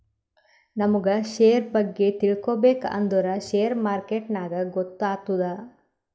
ನಮುಗ್ ಶೇರ್ ಬಗ್ಗೆ ತಿಳ್ಕೋಬೇಕ್ ಅಂದುರ್ ಶೇರ್ ಮಾರ್ಕೆಟ್ನಾಗೆ ಗೊತ್ತಾತ್ತುದ